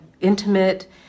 intimate